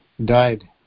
Died